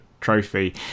trophy